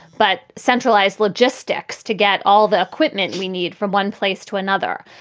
but centralized logistics to get all the equipment we need from one place to another.